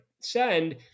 send